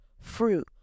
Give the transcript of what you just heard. fruit